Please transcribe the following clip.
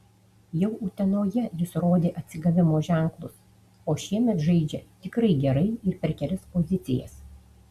jau utenoje jis rodė atsigavimo ženklus o šiemet žaidžia tikrai gerai ir per kelias pozicijas